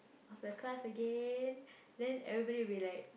of the class again then everybody will be like